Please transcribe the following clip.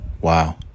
Wow